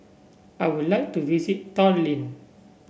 I would like to visit Tallinn